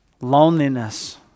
loneliness